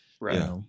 right